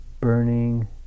burning